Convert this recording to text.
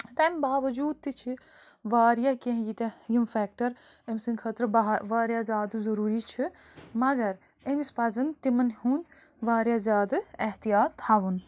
تَمہِ باوجوٗد تہِ چھِ وارِیاہ کیٚنٛہہ ییٖتاہ یِم فیٚکٹر أمۍ سِنٛدۍ خٲطرٕ وارِیاہ زیادٕ ضُروری چھِ مگر أمس پَزن تِمن ہُنٛد وارِیاہ زیادٕ احتِیات تھاوُن